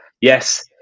yes